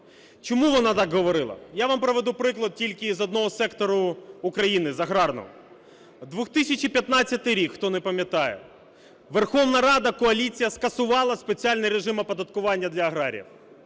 Чому вона так говорила? Я вам приведу приклад тільки з одного сектору України, з аграрного. 2015 рік, хто не пам'ятає. Верховна Рада, коаліція скасувала спеціальний режим оподаткування для аграріїв,